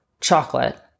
chocolate